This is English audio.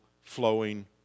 flowing